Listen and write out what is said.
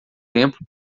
tempo